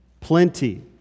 Plenty